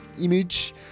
image